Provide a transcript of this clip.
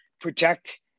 protect